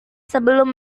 sebelum